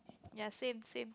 ya same same